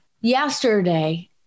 Yesterday